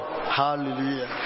Hallelujah